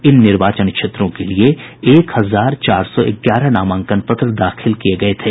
इन निर्वाचन क्षेत्रों के लिए एक हजार चार सौ ग्यारह नामांकन पत्र दाखिल किए गए थे